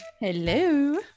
Hello